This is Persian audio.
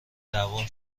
دعوام